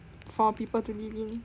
for people to live in